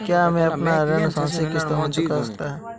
क्या मैं अपना ऋण मासिक किश्तों में चुका सकता हूँ?